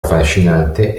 affascinante